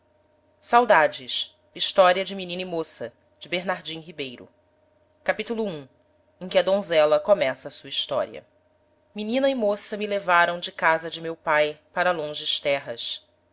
e moça de bernardim ribeiro capitulo i em que a donzela começa a sua historia menina e moça me levaram de casa de meu pae para longes terras